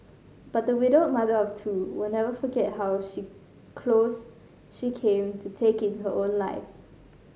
but the widowed mother of two will never forget how she close she came to taking her own life